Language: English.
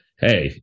hey